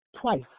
twice